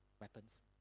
weapons